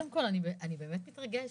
(הארכת תקופת ההתיישנות),